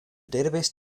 database